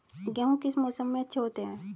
गेहूँ किस मौसम में अच्छे होते हैं?